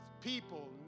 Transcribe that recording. people